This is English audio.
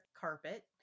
carpet